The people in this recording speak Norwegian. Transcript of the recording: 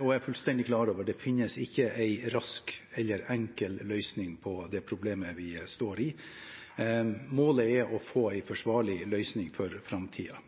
er fullstendig klar over at det ikke finnes en rask eller enkel løsning på det problemet vi står i. Målet er å få en forsvarlig løsning for framtiden.